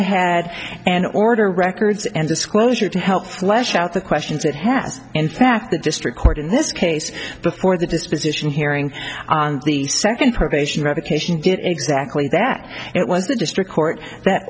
ahead and order records and disclosure to help flesh out the questions it has in fact the district court in this case before the disposition hearing on the second probation revocation did exactly that it was the district court that